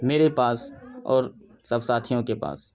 میرے پاس اور سب ساتھیوں کے پاس